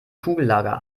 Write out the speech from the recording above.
kugellager